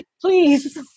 please